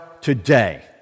today